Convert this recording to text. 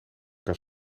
kan